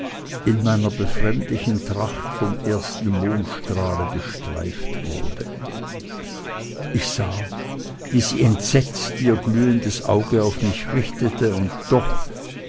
in meiner befremdlichen tracht vom ersten mondstrahle bestreift wurde ich sah wie sie entsetzt ihr glühendes auge auf mich richtete und doch